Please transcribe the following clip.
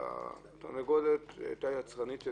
התרנגולת הייתה יצרנית יותר,